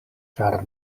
ĉar